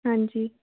ਹਾਂਜੀ